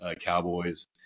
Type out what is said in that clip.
Cowboys